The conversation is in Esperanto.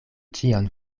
ĉion